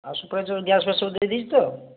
ଆଉ supervisor gas ଫ୍ୟାସ୍ ସବୁ ଦେଇ ଦେଇଛି ତ